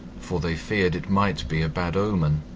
for they feared it might be a bad omen